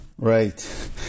Right